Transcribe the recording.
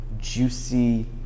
juicy